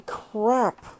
crap